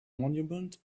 monument